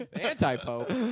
anti-Pope